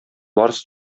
барс